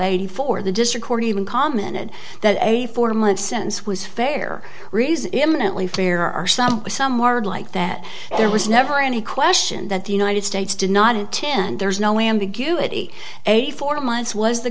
eighty four the district court even commented that eighty four month sentence was fair reason eminently fair are some some are like that there was never any question that the united states did not intend there is no ambiguity a four months was the